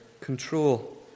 control